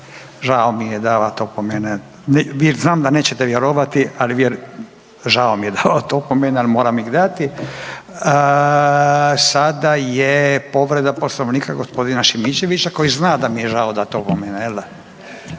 žao mi je davat opomene znam da nećete vjerovati ali vjerujte, žao mi je davati opomene al moram ih dati. Sada je povreda Poslovnika gospodina Šimičevića koji zna da mi je žao dat opomene